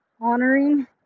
honoring